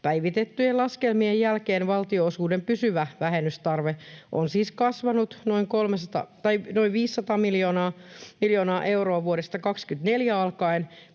päivitettyjen laskelmien jälkeen valtionosuuden pysyvä vähennystarve on siis kasvanut noin 500 miljoonaa euroa vuodesta 24 alkaen